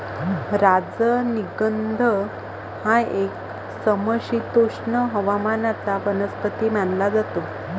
राजनिगंध हा एक समशीतोष्ण हवामानाचा वनस्पती मानला जातो